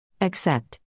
Accept